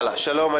שלום.